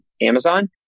Amazon